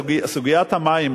סוגיית המים,